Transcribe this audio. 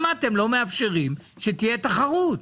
אתם לא מאפשרים שתהיה תחרות?